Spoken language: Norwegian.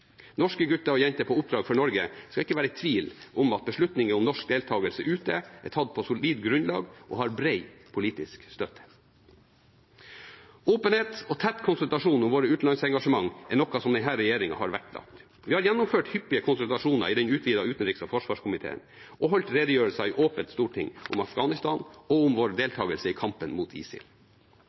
Norske gutter og jenter på oppdrag for Norge skal ikke være i tvil om at beslutninger om norsk deltakelse ute er tatt på solid grunnlag og har bred politisk støtte. Åpenhet og tett konsultasjon om våre utenlandsengasjementer er noe som denne regjeringen har vektlagt. Vi har gjennomført hyppige konsultasjoner i den utvidete utenriks- og forsvarskomité og holdt redegjørelser i åpent storting om Afghanistan og om vår deltakelse i kampen mot ISIL.